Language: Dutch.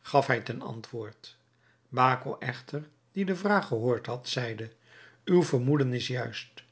gaf hij ten antwoord baco echter die de vraag gehoord had zeide uw vermoeden is juist